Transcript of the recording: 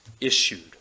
issued